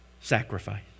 sacrifice